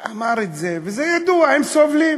הוא אמר את זה, וזה ידוע, הם סובלים.